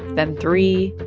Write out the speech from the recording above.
then three,